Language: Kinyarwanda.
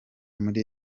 muri